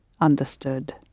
understood